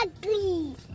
please